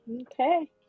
Okay